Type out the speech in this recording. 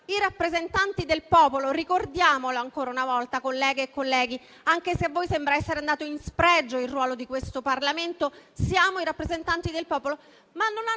i rappresentanti del popolo - ricordiamolo ancora una volta, colleghe e colleghi, anche se a voi sembra essere andato in spregio il ruolo di questo Parlamento: siamo i rappresentanti del popolo